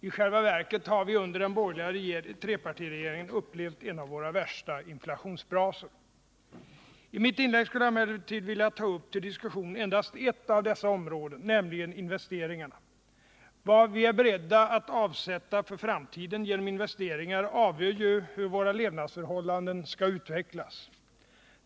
I själva verket har vi under den borgerliga trepartiregeringen upplevt en av våra värsta inflationsbrasor. I mitt inlägg skulle jag emellertid vilja ta upp till diskussion endast ett av dessa områden, nämligen investeringarna. Vad vi är beredda att avsätta för framtiden genom investeringar avgör ju hur våra levnadsförhållanden skall utvecklas.